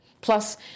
Plus